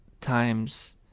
times